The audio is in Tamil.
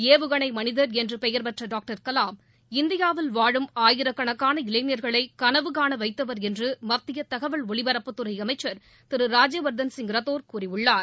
ஏவுகணை மனிதர் என்று பெயர் பெற்ற டாக்டர் கலாம் இந்தியாவில் வாழும் ஆயிரக்கணக்கான இளைஞர்களை கனவுகாண வைத்தவர் என்று மத்திய தகவல் ஒலிபரப்புத்துறை அமைச்சர் திரு ராஜ்யவர்தன் சிங் ரத்தோர் கூறியுள்ளார்